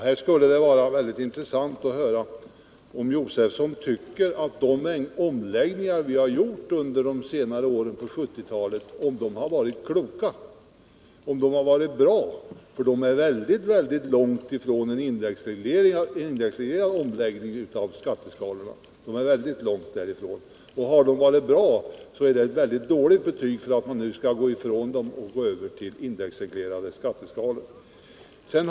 Det skulle vara mycket intressant att höra om Stig Josefson tycker att de omläggningar vi gjort under de senaste åren har varit kloka och bra. De är nämligen mycket långt ifrån en indexreglerad omläggning av skatteskalorna. Har de varit bra, så är det ett mycket dåligt argument att nu gå ifrån dem och gå över till indexreglerade skatteskalor.